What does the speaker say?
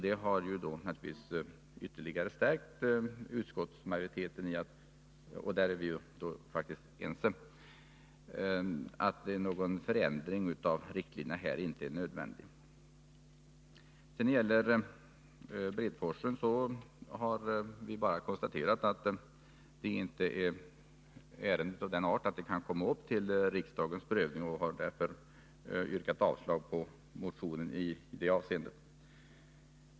Detta har naturligtvis ytterligare stärkt utskottsmajoriteten i uppfattningen — och där är vi faktiskt ense — att någon förändring av riktlinjerna här inte är nödvändig. När det gäller Bredforsen har vi bara konstaterat att ärendet inte är av den arten att det kan komma upp till riksdagens prövning och därför yrkat avslag på motionen i det avseendet.